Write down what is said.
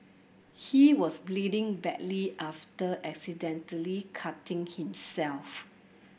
he was bleeding badly after accidentally cutting himself